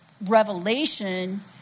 revelation